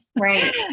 Right